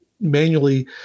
manually